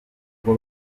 ubwo